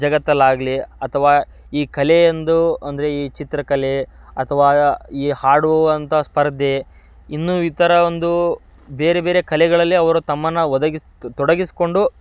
ಜಗತ್ತಲಾಗಲಿ ಅಥವಾ ಈ ಕಲೆ ಎಂದು ಅಂದರೆ ಈ ಚಿತ್ರಕಲೆ ಅಥವಾ ಈ ಹಾಡುವಂತ ಸ್ಪರ್ಧೆ ಇನ್ನೂ ಇತರ ಒಂದು ಬೇರೆ ಬೇರೆ ಕಲೆಗಳಲ್ಲಿ ಅವರು ತಮ್ಮನ್ನು ಒದಗಿಸಿ ತೊಡಗಿಸಿಕೊಂಡು